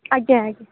ଆଜ୍ଞା ଆଜ୍ଞା